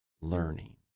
learning